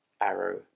arrow